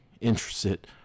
interested